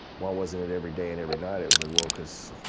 why wasn't it every day and every night? it was like well, cuz